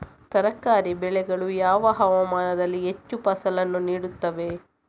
ತರಕಾರಿ ಬೆಳೆಗಳು ಯಾವ ಹವಾಮಾನದಲ್ಲಿ ಹೆಚ್ಚು ಫಸಲನ್ನು ನೀಡುತ್ತವೆ?